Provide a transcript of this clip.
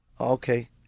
okay